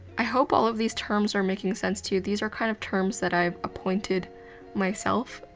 i hope all of these terms are making sense to you. these are kind of terms that i've appointed myself.